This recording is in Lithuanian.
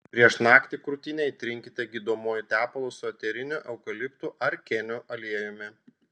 prieš naktį krūtinę įtrinkite gydomuoju tepalu su eteriniu eukaliptų ar kėnių aliejumi